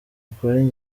ukuri